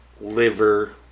liver